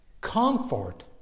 comfort